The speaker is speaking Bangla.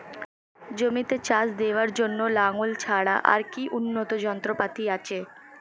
জমিতে চাষ দেওয়ার জন্য লাঙ্গল ছাড়া আর কি উন্নত যন্ত্রপাতি আছে?